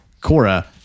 Cora